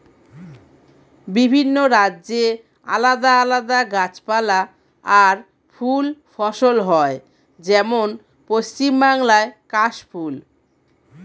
বিভিন্ন রাজ্যে আলাদা আলাদা গাছপালা আর ফুল ফসল হয়, যেমন পশ্চিম বাংলায় কাশ ফুল